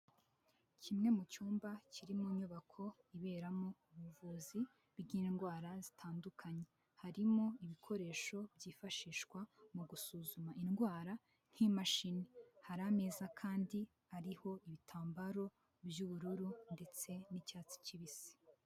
Kimwe mu cyumba kiri mu nyubako iberamo ubuvuzi bw'indwara zitandukanye, harimo ibikoresho byifashishwa mu gusuzuma indwara nk'imashini, hari ameza kandi ariho ibitambaro by'ubururu ndetse n'icyatsi kibisi.